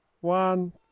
One